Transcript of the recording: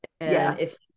Yes